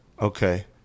Okay